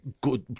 good